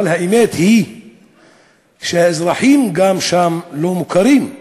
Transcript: אבל האמת היא שגם האזרחים שם לא מוכרים.